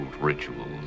rituals